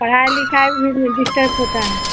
पढ़ाई लिखाई में भी डिस्टर्प होता है